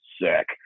sick